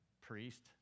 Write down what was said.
priest